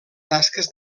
tasques